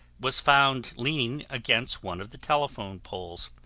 was found leaning against one of the telephone poles.